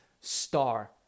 star